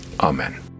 Amen